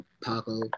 Paco